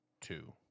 two